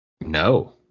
No